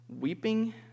weeping